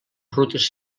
rutes